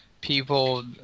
people